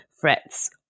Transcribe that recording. threats